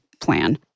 plan